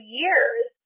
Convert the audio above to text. years